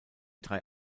drei